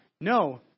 No